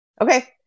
Okay